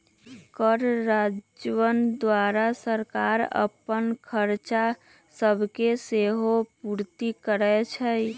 कर राजस्व द्वारा सरकार अप्पन खरचा सभके सेहो पूरति करै छै